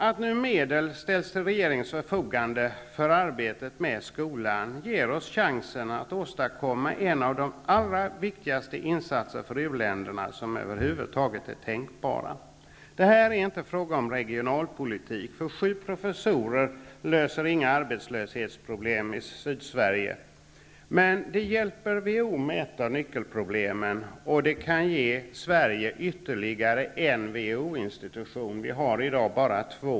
Att nu medel ställs till regeringens förfogande för arbetet med skolan ger oss chansen att åstadkomma en av de allra viktigaste insatser för u-länderna som över huvud taget är tänkbara. Det är inte fråga om regionalpolitik här. Sju professorer löser inga arbetslöshetsproblem i Sydsverige. Men det hjälper WHO med ett av nyckelproblemen, och det kan ge Sverige ytterligare en WHO-institution. Vi har i dag bara två.